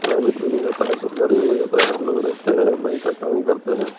private بھی مل جاتا ہے سرکاری بھی مل جاتا ہے لوگ رہتے ہیں بینک کا کام کرتے ہیں